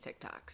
tiktoks